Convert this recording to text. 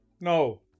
No